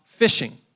fishing